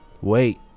Wait